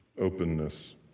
openness